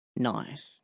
nice